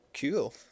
Cool